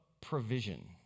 provision